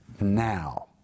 now